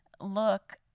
look